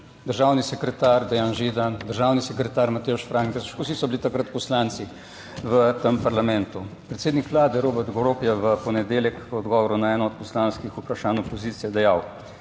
državni sekretar Dejan Židan, državni sekretar Matevž Frangež, vsi so bili takrat poslanci v tem parlamentu. Predsednik vlade Robert Golob je v ponedeljek v odgovoru na eno od poslanskih vprašanj opozicije dejal: